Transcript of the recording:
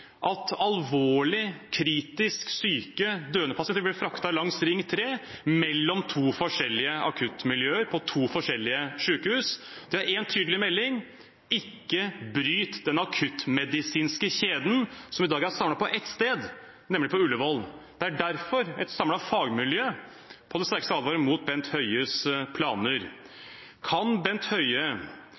at alvorlig og kritisk syke, døende pasienter blir fraktet langs ring 3 mellom to forskjellige akuttmiljøer og to forskjellige sykehus. Det er én tydelig melding: Ikke bryt den akuttmedisinske kjeden som i dag er samlet på ett sted, nemlig på Ullevål. Det er derfor et samlet fagmiljø på det sterkeste advarer mot Bent Høies planer. Kan Bent Høie